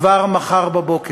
כבר מחר בבוקר.